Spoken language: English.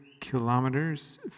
Kilometers